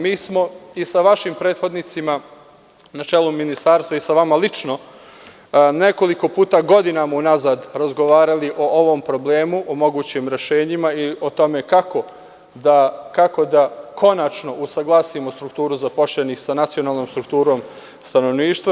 Mi smo i sa vašim prethodnicima na čelu Ministarstva i sa vama lično nekoliko puta godinama unazad razgovarali o ovom problemu, o mogućim rešenjima i o tome kako da konačno usaglasimo strukturu zaposlenih sa nacionalnom strukturom stanovništva.